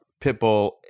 Pitbull